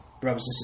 brothers